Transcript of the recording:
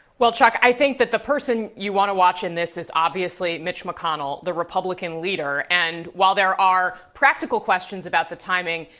well, chuck, i think the person you want to watch in this is obviously mitch mcconnell, the republican leader and while there are practical questions about the timing,